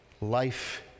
life